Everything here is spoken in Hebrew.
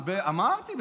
אמרתי.